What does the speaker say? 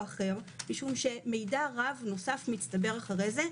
אחר משום שמידע רב נוסף מצטבר אחרי זה.